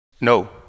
No